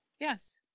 yes